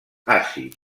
àcid